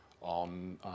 on